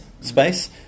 space